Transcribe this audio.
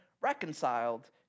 reconciled